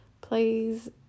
please